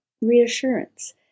reassurance